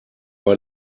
war